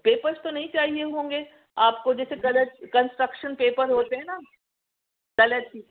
papers تو نہیں چاہئے ہوں گے آپ کو جیسے کلر کنسٹرکشن پیپر ہوتے ہیں نا کلر شیٹ